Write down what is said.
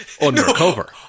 Undercover